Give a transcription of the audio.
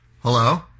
Hello